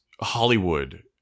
Hollywood